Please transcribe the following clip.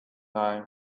eye